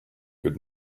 good